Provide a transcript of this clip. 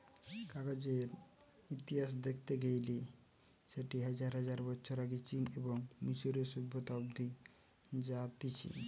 কাগজের ইতিহাস দেখতে গেইলে সেটি হাজার হাজার বছর আগে চীন এবং মিশরীয় সভ্যতা অব্দি জাতিছে